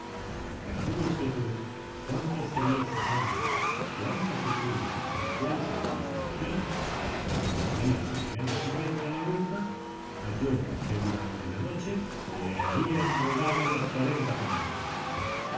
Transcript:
duros gradúese pues cuánto sería su asombro cuánta su furia y cuál su desesperación cuando al ir a la mañana siguiente a la huerta halló que durante la noche le habían robado las cuarenta calabazas